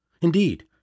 Indeed